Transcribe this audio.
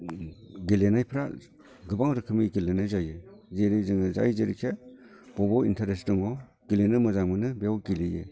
गेलेनायफ्रा गोबां रोखोमनि गेलेनाय जायो बिदिनो जों जाय जेरैखिजाया बबाव इन्ट्रेस्ट दङ गेलेनो मोजां मोनो बेव गेलेयो